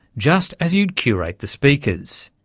just as you'd curate the speakers.